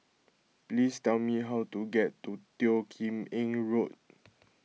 please tell me how to get to Teo Kim Eng Road